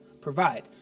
provide